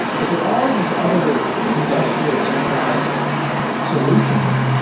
ah but there are these other industrial enterprise solutions.